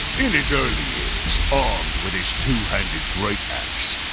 in his early years, armed with his two-handed great axe,